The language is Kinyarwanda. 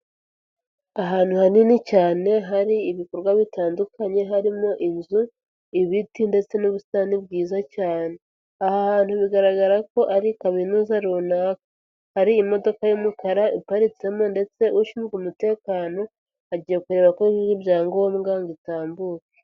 Ahantu hanini cyane hari ibikorwa bitandukanye, harimo inzu, ibiti ndetse n'ubusitani bwiza cyane. Aha hantu bigaragara ko ari kaminuza runaka. Hari imodoka y'umukara iparitsemo ndetse ushinzwe umutekano agiye kureba ko yujuje ibyangombwa ngo itambuke.